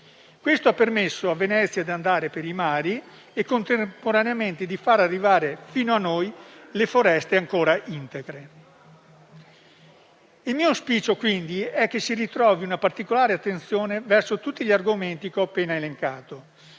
Questo le ha permesso di andare per i mari e contemporaneamente di far arrivare fino a noi le foreste ancora integre. Il mio auspicio, quindi, è che si ritrovi una particolare attenzione verso tutti gli argomenti che ho appena elencato,